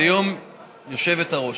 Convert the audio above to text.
היושבת-ראש.